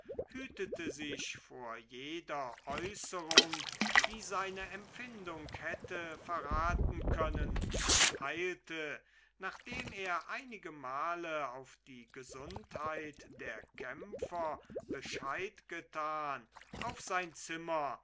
hütete sich vor jeder äußerung die seine empfindung hätte verraten können und eilte nachdem er einigemal auf die gesundheit der kämpfer bescheid getan auf sein zimmer